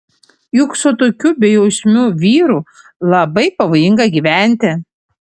juk su tokiu bejausmiu vyru labai pavojinga gyventi